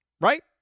Right